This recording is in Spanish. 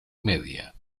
media